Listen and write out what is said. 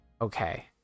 Okay